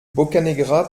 boccanegra